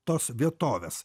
tos vietovės